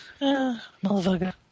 motherfucker